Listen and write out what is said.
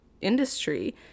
industry